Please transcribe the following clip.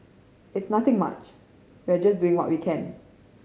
it's nothing much we are just doing what we can